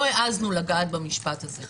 לא העזנו לגעת במשפט הזה.